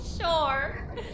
sure